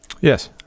Yes